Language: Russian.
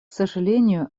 сожалению